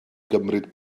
gymryd